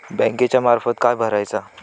बँकेच्या फारमात काय भरायचा?